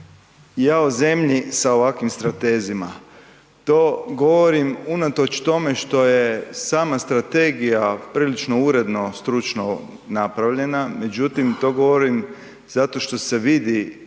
jao zemlji sa ovakvim stratezima, to govorim unatoč tome što je sama strategija prilično uredno stručno napravljena. Međutim, to govorim zato što se vidi